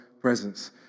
presence—